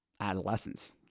adolescence